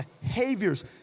behaviors